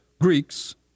Greeks